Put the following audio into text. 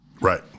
Right